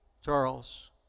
charles